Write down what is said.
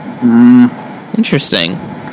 Interesting